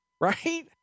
Right